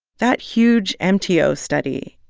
that huge mto study,